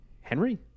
Henry